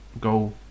go